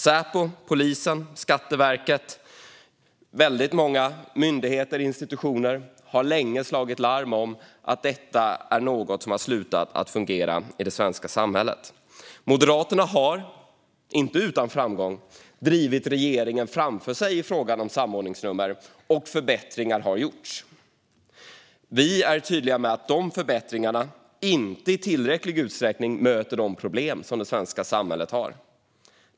Säpo, polisen, Skatteverket och många andra institutioner och myndigheter har länge slagit larm om att detta är något som har slutat fungera i det svenska samhället. Moderaterna har, inte utan framgång, drivit regeringen framför sig i frågan om samordningsnummer, och förbättringar har gjorts. Vi är tydliga med att dessa förbättringar inte i tillräcklig utsträckning möter de problem som det svenska samhället har.